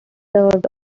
served